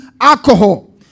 alcohol